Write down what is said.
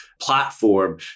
platform